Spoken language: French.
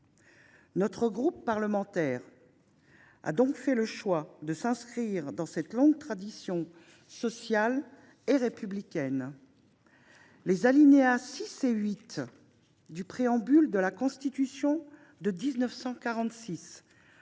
Notre groupe parlementaire a donc fait le choix de s’inscrire dans une longue tradition sociale et républicaine. Les alinéas 6 et 8 du préambule de la Constitution de 1946